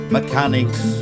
Mechanics